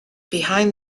behind